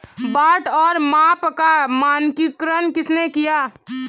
बाट और माप का मानकीकरण किसने किया?